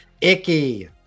Icky